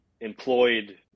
employed